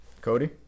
Cody